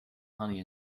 honey